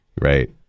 Right